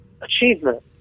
achievement